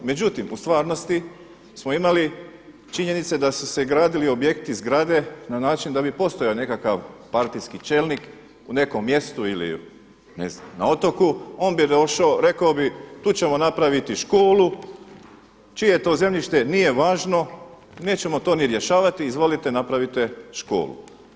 Međutim u stvarnosti smo imali činjenice da su se gradili objekti, zgrade na način da bi postojao nekakav partijski čelnik u nekom mjestu ili na otoku, on bi došao, rekao bi tu ćemo napraviti školu, čije je to zemljište nije važno, nećemo to ni rješavati izvolite napravite školu.